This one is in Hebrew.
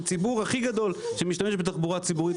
של הציבור הכי גדול שמשתמש בתחבורה הציבורית.